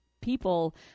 people